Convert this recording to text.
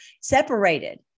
separated